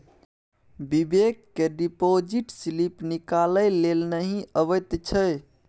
बिबेक केँ deposit slip निकालै लेल नहि अबैत छै